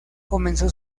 comenzó